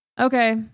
okay